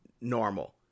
normal